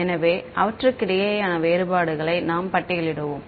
எனவே அவற்றுக்கிடையேயான வேறுபாடுகளை நாம் பட்டியலிடுவோம்